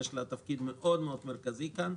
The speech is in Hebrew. יש לה תפקיד מרכזי מאוד כאן,